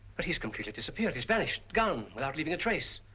but he's completely disappeared, he's vanished, gone without leaving a trace.